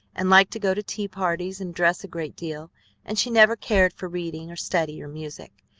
and liked to go to tea-parties and dress a great deal and she never cared for reading or study or music.